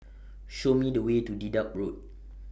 Show Me The Way to Dedap Road